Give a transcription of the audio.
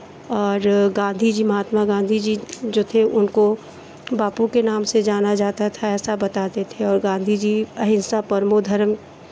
और गाँधी जी महात्मा गाँधी जी जो थे उनको बापू के नाम से जाना जाता था ऐसा बताते थे और गाँधी जी अहिंसा परमो धर्मः